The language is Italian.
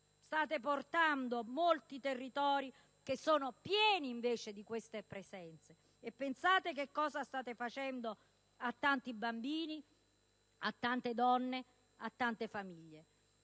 state portando molti territori che sono pieni di queste presenze, e pensate cosa state facendo a tanti bambini, a tante donne, a tante famiglie.